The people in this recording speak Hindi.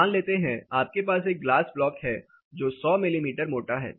मान लेते हैं आपके पास एक ग्लास ब्लॉक है जो 100 मिमी मोटा है